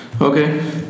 okay